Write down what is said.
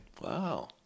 wow